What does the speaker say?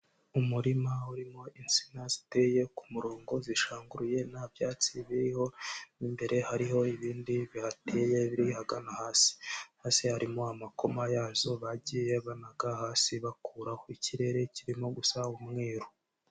Umurima urimo insina ziteye ku murongo zishanguruye nta byatsi biriho, mo imbere hariho ibindi bihateye biri ahagana hasi. Hasi harimo amakoma yazo bagiye banaga hasi bakuraho. Ikirere kirimo gusa umweru.